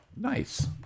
Nice